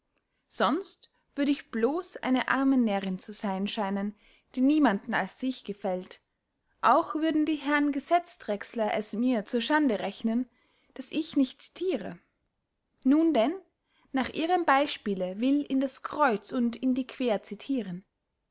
sonst würd ich blos eine arme närrinn zu seyn scheinen die niemanden als sich gefällt auch würden die herren gesetzdrechsler es mir zur schande rechnen daß ich nicht citiere nun denn nach ihrem beyspiele will in das kreuz und in die quer citieren